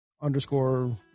underscore